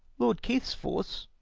lord keith's force,